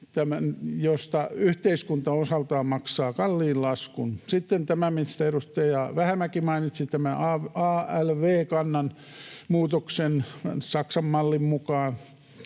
joista yhteiskunta osaltaan maksaa kalliin laskun. Sitten tämä, mistä edustaja Vähämäki mainitsi, alv-kannan muutos Saksan mallin mukaan,